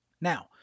Now